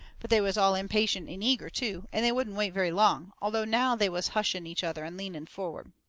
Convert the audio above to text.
but they was all impatient and eager, too, and they wouldn't wait very long, although now they was hushing each other and leaning forward.